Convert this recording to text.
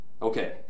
okay